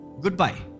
Goodbye